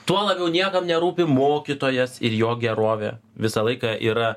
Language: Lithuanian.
tuo labiau niekam nerūpi mokytojas ir jo gerovė visą laiką yra